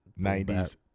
90s